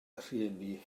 rhieni